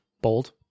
bold